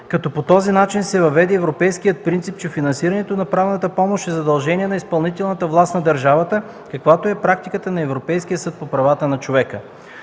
като по този начин се въведе европейският принцип, че финансирането на правната помощ е задължение на изпълнителната власт на държавата, каквато е практиката на Европейския съд по правата на човека.